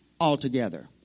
altogether